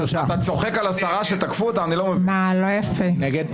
שישה נגד,